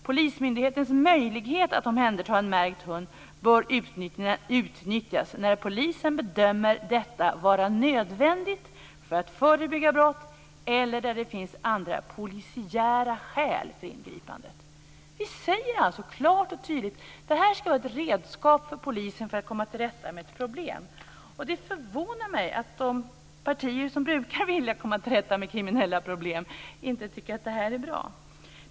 Polismyndighetens möjlighet att omhänderta en märkt hund bör utnyttjas när polisen bedömer detta vara nödvändigt för att förebygga brott eller där det finns andra polisiära skäl för ingripande. Vi säger klart och tydligt att det här ska vara ett redskap för polisen för att komma till rätta med ett problem. Det förvånar mig att de partier som brukar vilja komma till rätta med kriminella problem inte tycker att det här är bra.